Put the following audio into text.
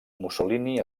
mussolini